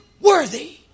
worthy